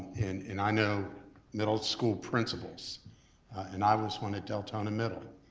and and i know middle school principals and i was one at deltona middle.